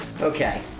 Okay